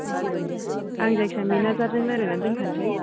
आं जायखिया मेनाजारजों रायलायनानै दोनखासै